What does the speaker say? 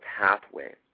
pathway